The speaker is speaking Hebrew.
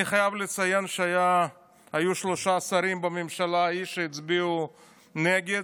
אני חייב לציין שהיו שלושה שרים בממשלה ההיא שהצביעו נגד,